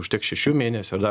užteks šešių mėnesių